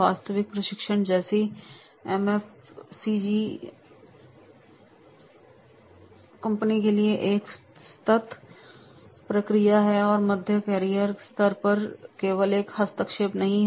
वास्तविक प्रशिक्षण जैसी एफएमसीजी कंपनी के लिए एक सतत प्रक्रिया है और मध्य कैरियर स्तर पर केवल एक हस्तक्षेप नहीं है